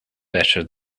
better